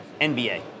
NBA